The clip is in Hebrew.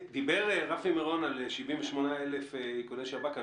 דיבר רפי מירון על 78,000 איכוני שב"כ.